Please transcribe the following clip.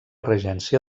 regència